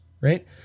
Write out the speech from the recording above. right